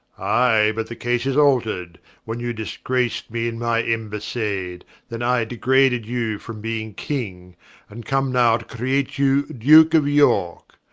i, but the case is alter'd. when you disgrac'd me in my embassade, then i degraded you from being king, and come now to create you duke of yorke.